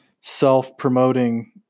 self-promoting